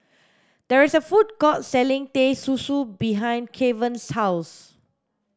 there is a food court selling teh susu behind Kevan's house